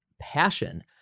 passion